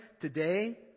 today